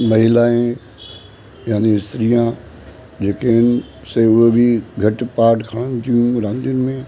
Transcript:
महिलाऐं यानि स्त्रियां जेके आहिनि सो उहे बि घटि पार्ट खणनि थियूं रांदियुनि में